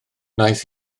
wnaeth